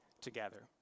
together